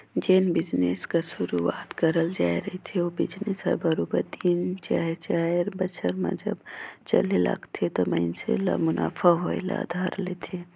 जेन बिजनेस कर सुरूवात करल जाए रहथे ओ बिजनेस हर बरोबेर तीन चहे चाएर बछर में जब चले लगथे त मइनसे ल मुनाफा होए ल धर लेथे